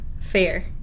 Fair